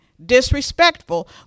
disrespectful